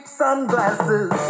sunglasses